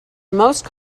most